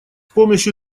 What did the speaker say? помощью